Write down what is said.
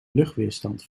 luchtweerstand